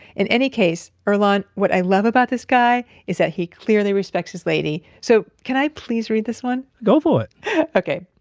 in any case earlonne, what i love about this guy is that he clearly respects his lady, so can i please read this one? go for it okay,